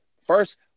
first